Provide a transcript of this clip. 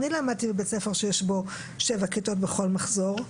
אני למדתי בבית ספר שיש בו 7 כיתות בכל מחזור.